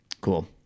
cool